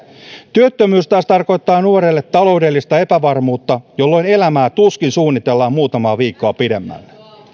työttömyys taas tarkoittaa nuorelle taloudellista epävarmuutta jolloin elämää tuskin suunnitellaan muutamaa viikkoa pidemmälle